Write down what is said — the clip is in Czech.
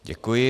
Děkuji.